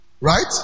right